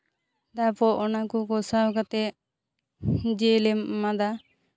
ᱛᱟᱨᱯᱚᱨ ᱚᱱᱟ ᱠᱚ ᱠᱚᱥᱟᱣ ᱠᱟᱛᱮᱫ ᱡᱤᱞᱮᱢ ᱮᱢᱟᱫᱟ